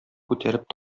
күтәреп